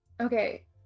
okay